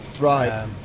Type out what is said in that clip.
right